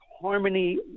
harmony